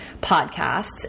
podcasts